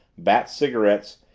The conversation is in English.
bat cigarettes,